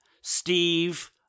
Steve